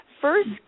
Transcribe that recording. first